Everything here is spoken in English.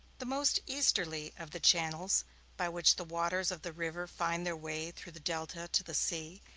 the most easterly of the channels by which the waters of the river find their way through the delta to the sea,